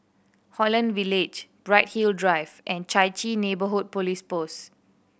Holland Village Bright Hill Drive and Chai Chee Neighbourhood Police Post